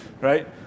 Right